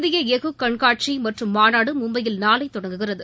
இந்திய எஃகு கண்காட்சி மற்றும் மாநாடு மும்பையில் நாளை தொடங்குகிறது